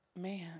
man